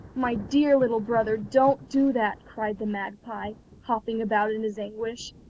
my dear little brother, don't do that cried the magpie, hopping about in his anguish.